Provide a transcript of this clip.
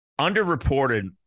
underreported